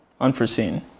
unforeseen